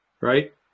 right